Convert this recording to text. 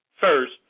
first